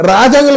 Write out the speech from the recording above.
Raja